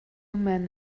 men